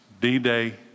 D-Day